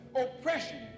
oppression